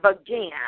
again